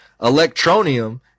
electronium